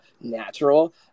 natural